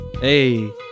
Hey